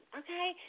okay